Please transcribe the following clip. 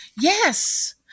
Yes